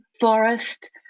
Forest